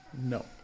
No